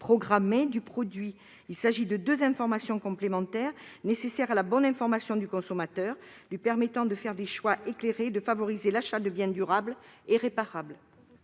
programmée du produit. Il s'agit de deux informations complémentaires nécessaires à la bonne information du consommateur, lui permettant de faire des choix éclairés et de favoriser l'achat de biens durables et réparables.